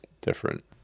different